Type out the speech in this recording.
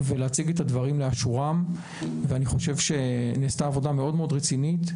עד 8:00 ועוד שעתיים של החלפת משמרת.